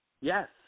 Yes